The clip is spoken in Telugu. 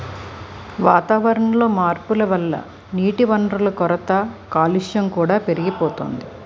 వాతావరణంలో మార్పుల వల్ల నీటివనరుల కొరత, కాలుష్యం కూడా పెరిగిపోతోంది